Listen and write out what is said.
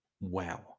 wow